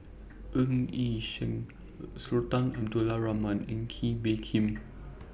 Ng Yi Sheng Sultan Abdul Rahman and Kee Bee Khim